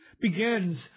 begins